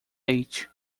leite